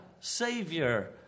Savior